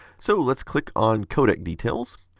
so let's click on codec details.